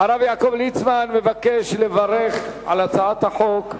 הרב יעקב ליצמן מבקש לברך על החוק.